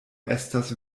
estas